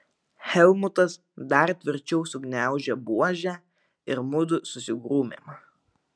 helmutas dar tvirčiau sugniaužė buožę ir mudu susigrūmėme